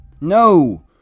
No